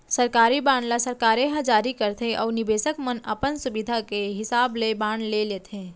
सरकारी बांड ल सरकारे ह जारी करथे अउ निबेसक मन अपन सुभीता के हिसाब ले बांड ले लेथें